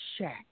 shack